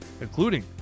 including